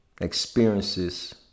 experiences